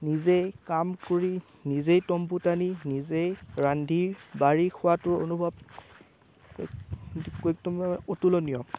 নিজেই কাম কৰি নিজেই টম্বু টানি নিজেই ৰান্ধি বাঢ়ি খোৱাটোৰ অনুভৱ অতুলনীয়